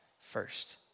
first